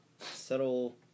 settle